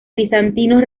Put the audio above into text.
bizantinos